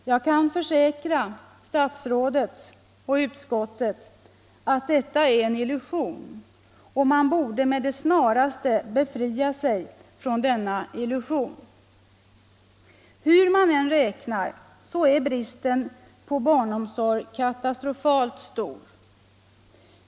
Jag kan försäkra statsrådet och utskottet att detta är en illusion, och man borde med det snaraste befria sig från denna illusion. Hur man än räknar är bristen på barnomsorg katastrofalt stor.